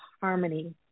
harmony